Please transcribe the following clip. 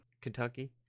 Kentucky